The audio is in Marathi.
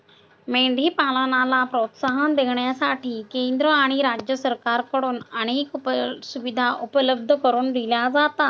मेंढी पालनाला प्रोत्साहन देण्यासाठी केंद्र आणि राज्य सरकारकडून अनेक सुविधा उपलब्ध करून दिल्या जातात